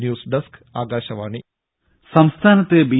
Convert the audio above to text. news desk Akashvani ദ്ദേ സംസ്ഥാനത്ത് B